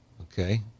Okay